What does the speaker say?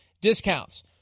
discounts